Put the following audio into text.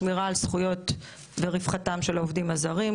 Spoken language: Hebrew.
שמירה על זכויות ורווחתם של העובדים הזרים,